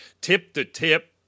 Tip-to-tip